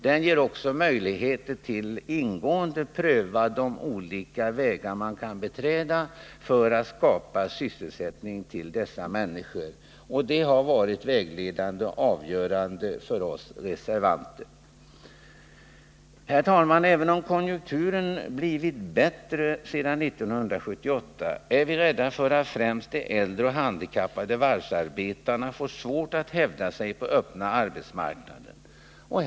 Det ger också möjlighet till att ingående pröva de olika vägar man kan beträda för att skapa sysselsättning. Det har varit vägledande och avgörande för oss reservanter. Herr talman! Även om konjunkturen blivit bättre sedan 1978 är vi rädda för att främst de äldre och handikappade varvsarbetarna får svårt att hävda sig på den öppna arbetsmarknaden.